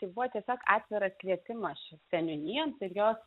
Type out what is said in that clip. tai buvo tiesiog atviras kvietimas čia seniūnijoms ir jos